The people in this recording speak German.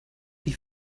die